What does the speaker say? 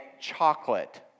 chocolate